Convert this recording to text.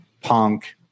punk